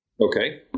okay